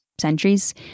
centuries